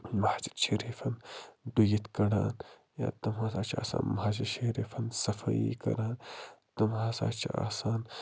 مہجِد شریٖفَن ڈُیِتھ کَڑان یا تِم ہسا چھِ آسان مہجِد شریٖفَن صَفٲیی کران تِم ہسا چھِ آسان